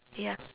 ya